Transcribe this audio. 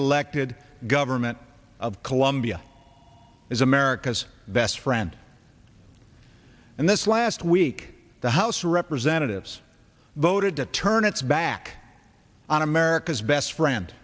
elected government of colombia is america's best friend and this last week the house of representatives voted to turn its back on america's best friend